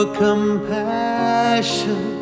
compassion